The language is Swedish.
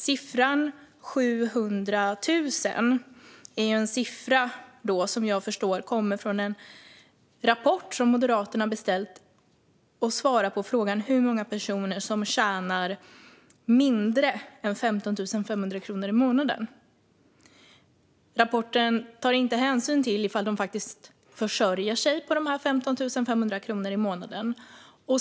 Siffran 700 000 kommer som jag förstår det från en rapport som Moderaterna har beställt och som svarar på frågan hur många personer som tjänar mindre än 15 500 kronor i månaden. Rapporten tar inte hänsyn till om de faktiskt försörjer sig på dessa 15 500 kronor i månaden.